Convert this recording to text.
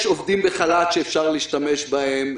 יש עובדים בחל"ת שאפשר להשתמש בהם,